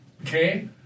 Okay